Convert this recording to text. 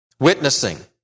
witnessing